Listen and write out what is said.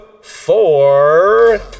four